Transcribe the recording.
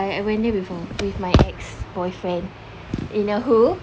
I went there before with my ex-boyfriend you know who